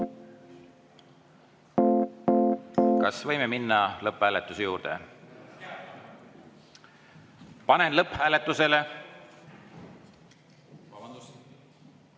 Kas võime minna lõpphääletuse juurde? Panen lõpphääletusele